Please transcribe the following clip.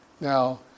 Now